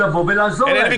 לבוא ולעזור להם.